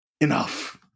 Enough